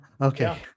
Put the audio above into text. Okay